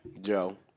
Joe